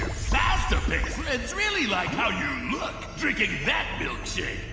fastapic friends really like how you look drinking that milkshake,